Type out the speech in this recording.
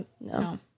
No